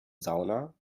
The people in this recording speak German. sauna